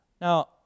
Now